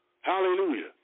Hallelujah